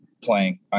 playing